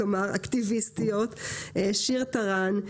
אקטיביסטיות: שיר טרן,